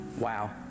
Wow